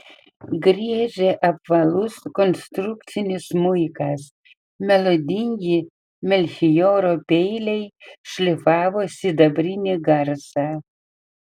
griežė apvalus konstrukcinis smuikas melodingi melchioro peiliai šlifavo sidabrinį garsą